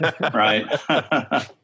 Right